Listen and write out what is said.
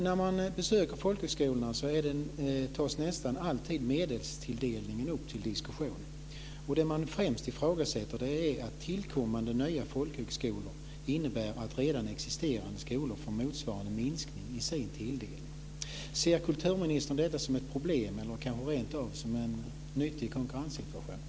När man besöker folkhögskolorna tas nästan alltid medelstilldelningen upp till diskussion. Det man främst ifrågasätter är att nytillkommande folkhögskolor innebär att redan existerande skolor får motsvarande minskning i sin tilldelning. Ser kulturministern detta som ett problem eller kanske rentav som en nyttig konkurrenssituation?